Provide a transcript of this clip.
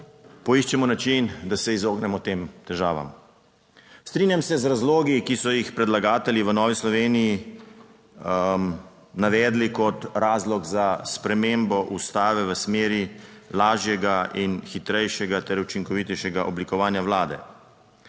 poiščemo način, da se izognemo tem težavam. Strinjam se z razlogi, ki so jih predlagatelji v Novi Sloveniji navedli kot razlog za spremembo Ustave v 7. TRAK: (TB) - 9.30 (nadaljevanje) v smeri lažjega in hitrejšega ter učinkovitejšega oblikovanja vlade.